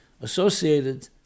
associated